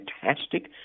fantastic